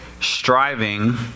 Striving